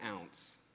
ounce